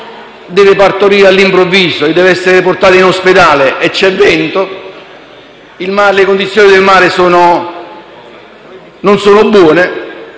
deve partorire all'improvviso e deve essere portata in ospedale, se c'è vento e le condizioni del mare non sono buone